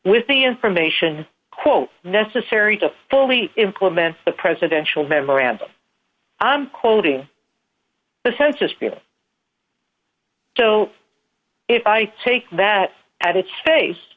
with the information quote necessary to fully implement the presidential memorandum i'm quoting the census bureau so if i take that at its face